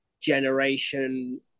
generation